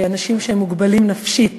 לאנשים שהם מוגבלים נפשית.